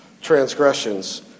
transgressions